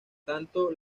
tanto